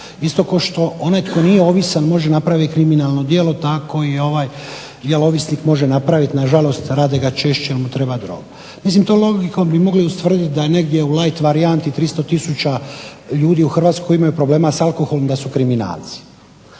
isto kao što onaj tko nije ovisan može napraviti kriminalno djelo, tako i ovaj ovisnik može napraviti, nažalost radi ga češće jer mu treba droga. Mislim tom logikom bi mogli ustvrditi da negdje u light varijanti 300 tisuća ljudi u Hrvatskoj koji imaju problema s alkoholom da su kriminalci.